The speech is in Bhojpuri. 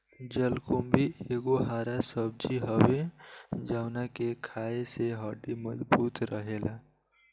जलकुम्भी एगो हरा सब्जी हवे जवना के खाए से हड्डी मबजूत रहेला